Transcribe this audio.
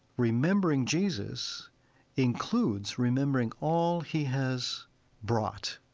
remembering jesus includes remembering all he has brought.